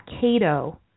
Cato